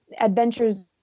adventures